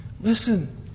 Listen